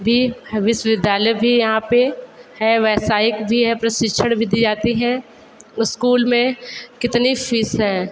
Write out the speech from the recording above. भी है विश्वविद्यालय भी यहाँ पे है व्यावसायिक भी है प्रशिक्षण भी दी जाती है स्कूल में कितनी फ़ीस है